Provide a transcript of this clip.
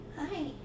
hi